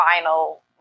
final